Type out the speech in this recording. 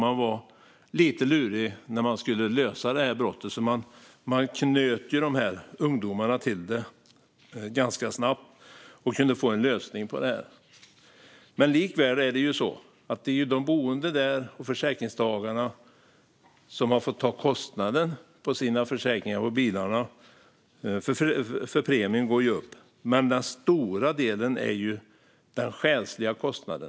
Man var lite lurig när man skulle lösa brottet, knöt ungdomarna till det ganska snabbt och kunde få en lösning på det. Likväl är det de boende där och försäkringstagarna som har fått ta kostnaden på sina försäkringar på bilarna, för premien går ju upp. Men den stora delen är den själsliga kostnaden.